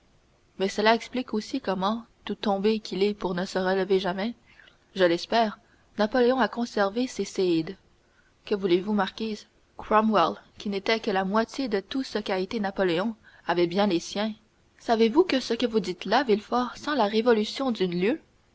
mais cela explique aussi comment tout tombé qu'il est pour ne se relever jamais je l'espère napoléon a conservé ses séides que voulez-vous marquise cromwell qui n'était que la moitié de tout ce qu'a été napoléon avait bien les siens savez-vous que ce que vous dites là villefort sent la révolution d'une lieue